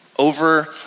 over